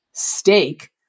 Steak